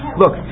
look